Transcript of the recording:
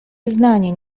wyznanie